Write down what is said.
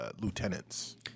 lieutenants